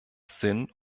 sinn